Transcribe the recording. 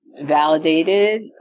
validated